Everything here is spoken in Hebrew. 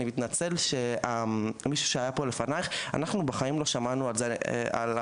אני מתנצל, אבל אני נמצא בחברה של נוער מאוד